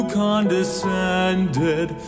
condescended